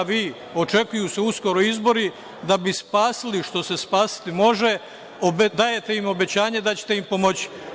Očekuju se uskoro izbori da bi spasili što se spasiti može, dajte im obećanje da ćete im pomoći.